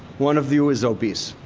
one of you is obese.